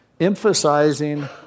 emphasizing